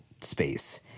space